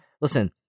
Listen